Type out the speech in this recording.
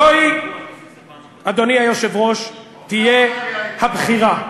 זו, אדוני היושב-ראש, תהיה הבחירה.